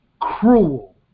cruel